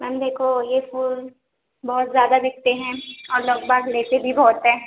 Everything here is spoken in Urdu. میم دیکھو یہ پھول بہت زیادہ بکتے ہیں اور لوگ بہت لیتے بھی بہت ہیں